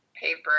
paper